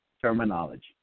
terminology